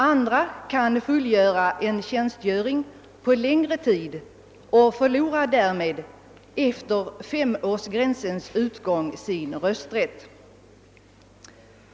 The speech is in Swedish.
Andra kan fullgöra en tjänstgöring under längre tid och förlorar därmed efter passerandet av femårsgränsen sin rösträtt.